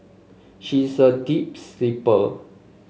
she is a deep sleeper